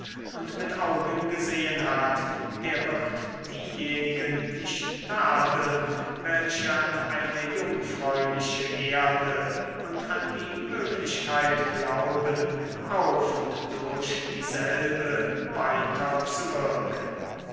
und mit augen gesehen hat der wird diejenigen nicht tadeln welche an eine jungfräuliche erde und an die möglichkeit glauben auf und durch dieselbe